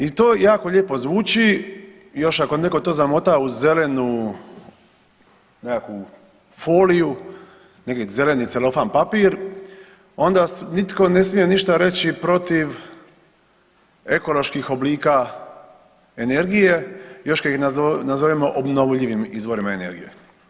I to jako lijepo zvuči i još ako netko to zamota u zelenu nekakvu foliju, neki zeleni celofan papir onda nitko ne smije ništa reći protiv ekoloških oblika energije još kad ih nazovemo obnovljivim izvorima energije.